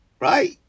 Right